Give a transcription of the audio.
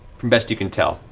from best you can tell,